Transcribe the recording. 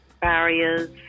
barriers